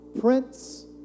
Prince